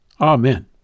Amen